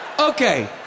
Okay